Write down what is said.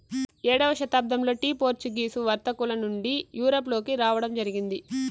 ఏడవ శతాబ్దంలో tea Portuguese వర్తకుల నుండి యూరప్ లోకి రావడం జరిగింది